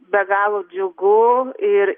be galo džiugu ir